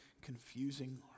confusing